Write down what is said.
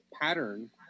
pattern